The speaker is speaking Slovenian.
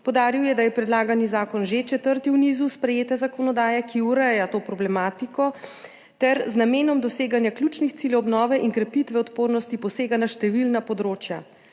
Poudaril je, da je predlagani zakon že četrti v nizu sprejete zakonodaje, ki ureja to problematiko, ter z namenom doseganja ključnih ciljev obnove in krepitve odpornosti posega na številna področja.